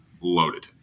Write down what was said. loaded